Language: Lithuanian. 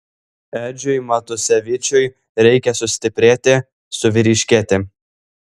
edžiui matusevičiui reikia sustiprėti suvyriškėti